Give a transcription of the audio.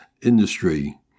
industry